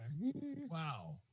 wow